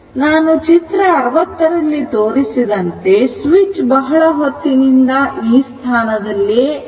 ನಾನು ಚಿತ್ರ 60ರಲ್ಲಿ ತೋರಿಸಿದಂತೆ ಸ್ವಿಚ್ ಬಹಳ ಹೊತ್ತಿನಿಂದ ಈ ಸ್ಥಾನದಲ್ಲಿ ಇದೆ